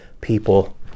people